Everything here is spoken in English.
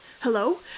Hello